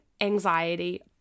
anxiety